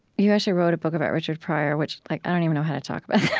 you actually wrote a book about richard pryor, which like i don't even know how to talk about